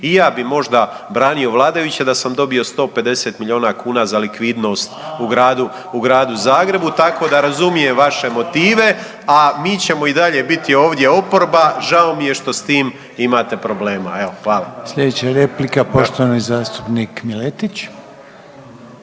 I ja bih možda branio vladajuće da sam dobio 150 milijuna kuna za likvidnost u gradu Zagrebu, tako da razumijem vaše motive. A mi ćemo i dalje biti ovdje oporba. Žao mi je što s tim imate problema. Evo hvala. **Reiner, Željko